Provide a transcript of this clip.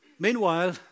Meanwhile